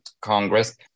congress